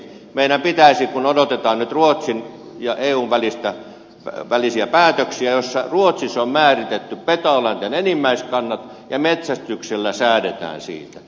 meidän pitäisi toimia kun odotetaan nyt ruotsin ja eun välisiä päätöksiä joissa ruotsissa on määritetty petoeläinten enimmäiskannat ja metsästyksellä säädetään siitä